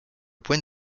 point